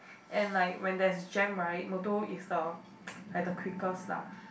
and like when there's a jam right motor is the like the quickest lah